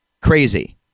crazy